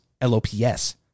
L-O-P-S